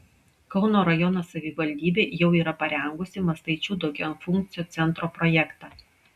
kauno rajono savivaldybė jau yra parengusi mastaičių daugiafunkcio centro projektą